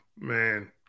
Man